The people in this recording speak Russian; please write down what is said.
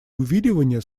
увиливания